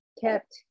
kept